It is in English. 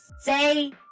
Say